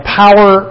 power